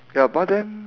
ya but then